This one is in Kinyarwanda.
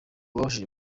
babashije